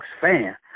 fan